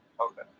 Okay